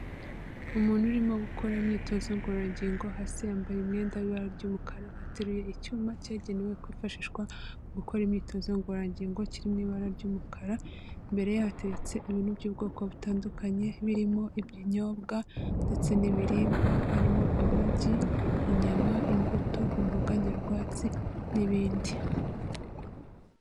Umuntu urimo gukora imyitozo ngororangingo hasi yambaye umwenda w'ibara ry'umukara ateruye icyuma cyagenewe kwifashishwa mu gukora imyitozo ngororangingo kiri mu ibara ry'umukara, imbere hateretse ibintu by'ubwoko butandukanye birimo ibinyobwa ndetse n'ibiribwa harimo amagi, inyama, imbuto, imboga nyarwatsi, n'ibindi.